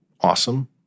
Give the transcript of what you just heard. awesome